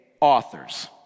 authors